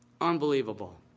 unbelievable